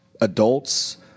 adults